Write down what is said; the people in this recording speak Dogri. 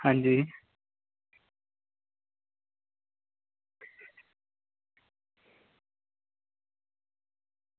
आं जी